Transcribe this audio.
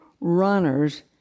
runners